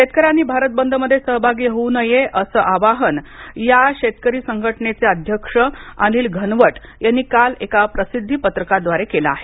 शेतकऱ्यांनी भारत बंद मध्ये सहभागी होऊ नये असं आवाहन शेतकरी संघटनेचे अध्यक्ष अनिल घनवट यांनी काल एका प्रसिद्धी पत्रकाद्वारे केलं आहे